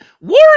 War